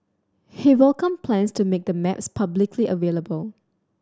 he welcomed plans to make the maps publicly available